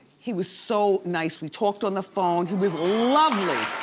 he was so nice. we talked on the phone. he was lovely!